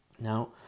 Now